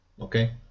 Okay